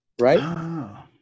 Right